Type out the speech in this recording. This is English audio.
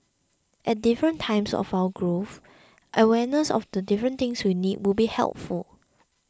at different times of our growth awareness of the different things we need would be helpful